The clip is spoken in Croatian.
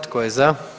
Tko je za?